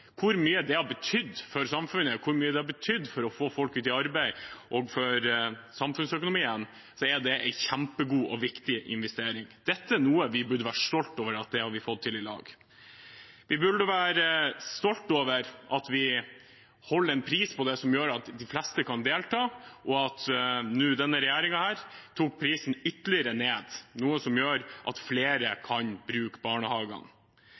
hvor mye det har betydd for samfunnet å få folk ut i arbeid og for samfunnsøkonomien, er det en kjempegod og viktig investering. Dette er noe vi burde være stolte over å ha fått til i lag. Vi burde også være stolte over at vi holder en pris som gjør at de fleste har råd, og at regjeringen har tatt prisen ytterligere ned, noe som gjør at flere kan bruke barnehagene.